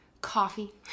coffee